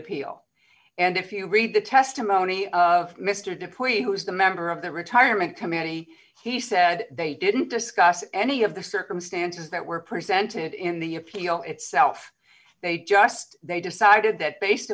appeal and if you read the testimony of mister dupree who was the member of the retirement community he said they didn't discuss any of the circumstances that were presented in the appeal itself they just they decided that based